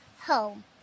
home